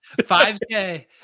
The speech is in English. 5K